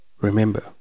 Remember